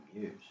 years